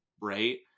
Right